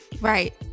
Right